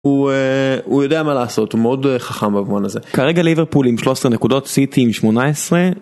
הוא יודע מה לעשות, הוא מאוד חכם במובן הזה. - כרגע ליברפול עם 13 נקודות, סיטי עם 18.